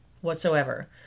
whatsoever